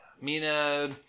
Mina